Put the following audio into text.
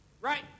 Right